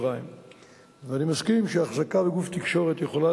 אני מסכים שאחזקה בגוף תקשורת יכולה